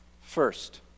First